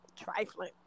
Trifling